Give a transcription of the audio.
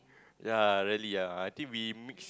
yea rarely ah I think we mix